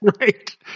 right